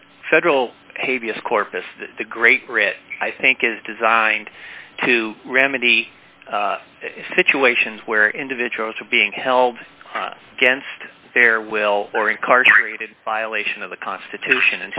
that federal pay vs corpus the great risk i think is designed to remedy situations where individuals are being held against their will or incarcerated violation of the constitution